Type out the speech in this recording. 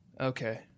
Okay